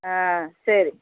ஆ சரி